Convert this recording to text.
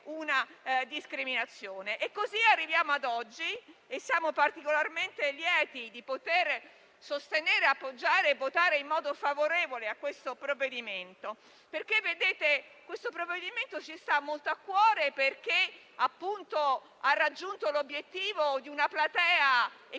una discriminazione. Così arriviamo ad oggi e siamo particolarmente lieti di poter sostenere, appoggiare e votare in modo favorevole a questo provvedimento, perché ci sta molto a cuore in quanto ha raggiunto l'obiettivo di una platea